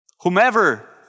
Whomever